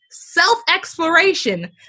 self-exploration